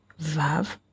Vav